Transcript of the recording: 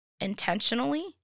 intentionally